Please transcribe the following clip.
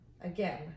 again